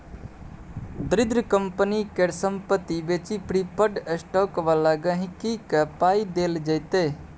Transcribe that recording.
दरिद्र कंपनी केर संपत्ति बेचि प्रिफर्ड स्टॉक बला गांहिकी केँ पाइ देल जेतै